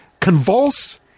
convulse